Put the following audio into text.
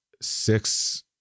six